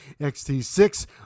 XT6